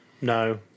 No